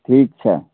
ठीक छै